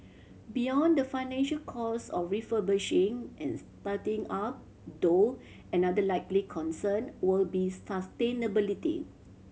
beyond the financial costs of refurbishing and starting up though another likely concern will be sustainability